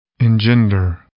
Engender